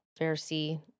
Pharisee